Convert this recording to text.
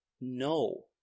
No